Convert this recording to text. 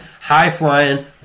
high-flying